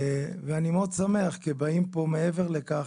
אני מאוד שמח כי באים פה מעבר לכך,